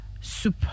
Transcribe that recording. soup